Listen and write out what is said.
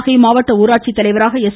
நாகை மாவட்ட ஊராட்சி தலைவராக எஸ்